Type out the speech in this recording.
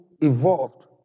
evolved